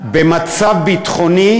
במצב ביטחוני.